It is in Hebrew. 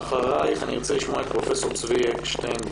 ואחר כך ארצה לשמוע בזום את פרופ' צבי אקשטיין,